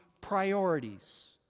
priorities